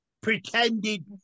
pretended